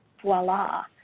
voila